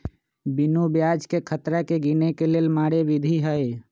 बिनु ब्याजकें खतरा के गिने के लेल मारे विधी हइ